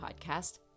podcast